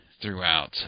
throughout